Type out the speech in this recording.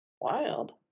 Wild